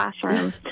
classroom